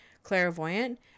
clairvoyant